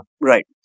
right